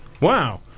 Wow